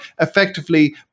effectively